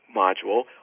module